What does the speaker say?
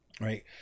right